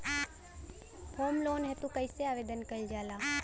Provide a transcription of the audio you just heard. Home loan हेतु कइसे आवेदन कइल जाला?